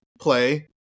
play